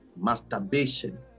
masturbation